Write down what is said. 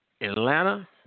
Atlanta